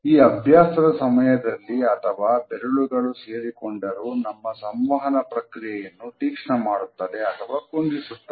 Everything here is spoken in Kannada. ಈ ಅಭ್ಯಾಸದ ಸಮಯದಲ್ಲಿ ಅಥವಾ ಬೆರಳುಗಳು ಸೇರಿಕೊಂಡರು ನಮ್ಮ ಸಂವಹನ ಪ್ರಕ್ರಿಯೆಯನ್ನು ತೀಕ್ಷ್ಣ ಮಾಡುತ್ತದೆ ಅಥವಾ ಕುಂದಿಸುತ್ತದೆ